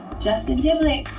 justin timberlake,